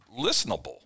listenable